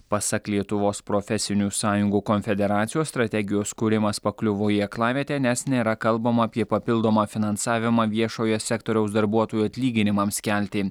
pasak lietuvos profesinių sąjungų konfederacijos strategijos kūrimas pakliuvo į aklavietę nes nėra kalbama apie papildomą finansavimą viešojo sektoriaus darbuotojų atlyginimams kelti